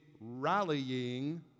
rallying